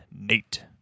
Nate